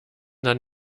dann